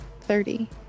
Thirty